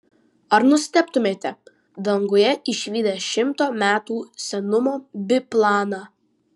ar nustebtumėte danguje išvydę šimto metų senumo biplaną